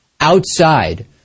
outside